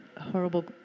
horrible